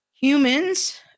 humans